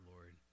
Lord